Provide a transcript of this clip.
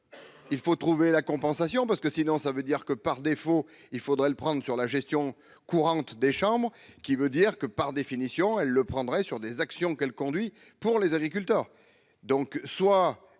il faut trouver la compensation parce que sinon ça veut dire que, par défaut, il faudrait le prendre sur la gestion courante des chambres qui veut dire que, par définition, elle le prendrait sur des actions qu'elle conduit pour les agriculteurs, donc soit